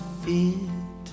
fit